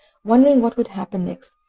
wondering what would happen next,